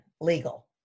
legal